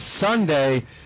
Sunday